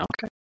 Okay